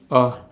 uh